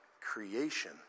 creation